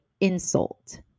insult